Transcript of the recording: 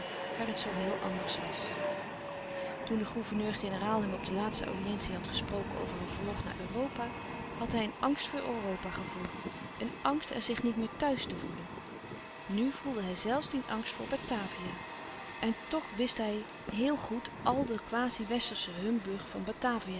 waar het zoo heel anders was toen de gouverneur-generaal hem op de louis couperus de stille kracht laatste audiëntie had gesproken over een verlof naar europa had hij een angst voor europa gevoeld een angst er zich niet meer thuis te voelen nu voelde hij zelfs dien angst voor batavia en toch wist hij hoel goed al de quasi westersche humbug van batavia